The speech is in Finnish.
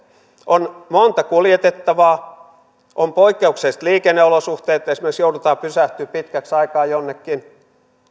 on monta kuljetettavaa on poikkeukselliset liikenneolosuhteet esimerkiksi joudutaan pysähtymään pitkäksi aikaa jonnekin